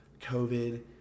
COVID